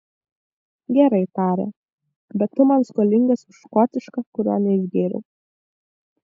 gerai tarė bet tu man skolingas už škotišką kurio neišgėriau